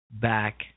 back